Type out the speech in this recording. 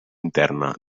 interna